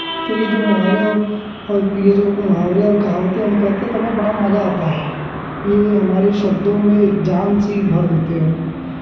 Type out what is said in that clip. तो ये जो मुहावरे और और कि ये जो मुहावरे और कहावतें हम कहते तो हमें बड़ा मज़ा आता है ये हमारे शब्दों में एक जान सी भर देते हैं